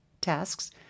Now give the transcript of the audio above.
tasks